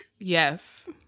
Yes